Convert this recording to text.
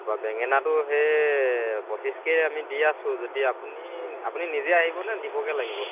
তাৰপৰা বেঙেনাটো সেই পঁচিছকৈয়ে আমি দি আছো যদি আপুনি আপুনি নিজে আহিব নে দিবগৈ লাগিব